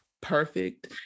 perfect